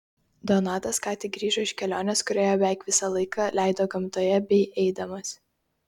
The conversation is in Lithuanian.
donatas ką tik grįžo iš kelionės kurioje beveik visą laiką leido gamtoje bei eidamas